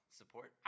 support